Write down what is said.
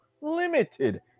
limited